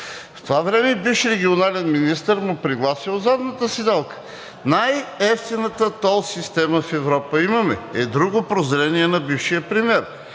В това време бивш регионален министър му приглася от задната седалка. „Най-евтината тол система в Европа имаме“, е друго прозрение на бившия премиер,